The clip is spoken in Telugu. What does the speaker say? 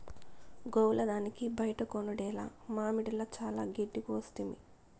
గోవుల దానికి బైట కొనుడేల మామడిల చానా గెడ్డి కోసితిమి